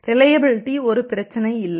reliability ஒரு பிரச்சினை அல்ல